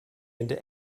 into